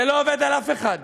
זה לא עובד על אף אחד.